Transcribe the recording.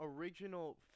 original